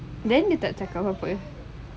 then you tak cakap apa-apa